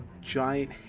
giant